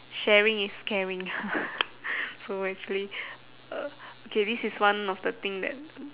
sharing is caring so actually uh okay this is one of the thing that